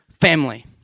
family